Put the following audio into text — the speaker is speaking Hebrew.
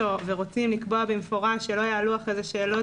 ורוצים לקבוע במפורש שלא יעלו אחרי כן שאלות,